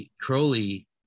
Crowley